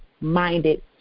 minded